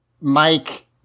Mike